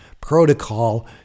protocol